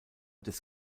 des